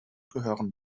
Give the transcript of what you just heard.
gehören